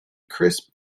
crisp